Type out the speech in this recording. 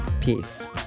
Peace